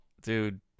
dude